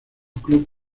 club